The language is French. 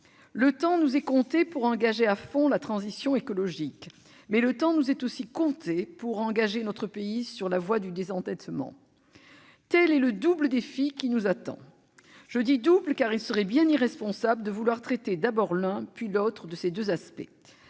Le temps nous est compté pour pousser à fond la transition écologique, mais il nous est aussi compté pour engager notre pays sur la voie du désendettement. Tel est le double défi qui nous attend. Je dis double, car il serait bien irresponsable de vouloir traiter l'un puis l'autre de ces deux aspects